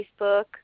Facebook